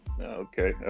Okay